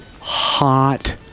hot